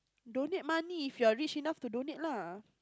donate money if you are rich enough to donate lah